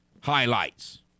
highlights